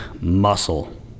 muscle